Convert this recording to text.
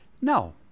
no